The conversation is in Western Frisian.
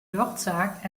rjochtsaak